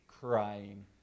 crying